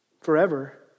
forever